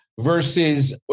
versus